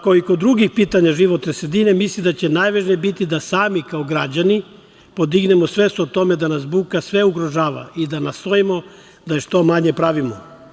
Kod drugih pitanja životne sredine mislim da će najvažnije biti da sami kao građani podignemo svest o tome da nas buka sve ugrožava i da nastojimo da je što manje pravimo.